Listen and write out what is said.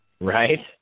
Right